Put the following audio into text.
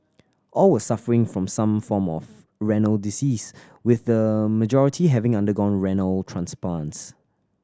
all were suffering from some form of renal disease with the majority having undergone renal transplants